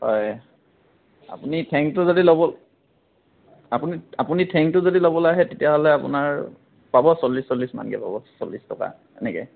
হয় আপুনি ঠেংটো যদি ল'ব আপুনি আপুনি ঠেংটো যদি ল'বলৈ আহে তেতিয়াহ'লে আপোনাৰ পাব চল্লিছ চল্লিছমানকৈ পাব চল্লিছ টকা এনেকৈ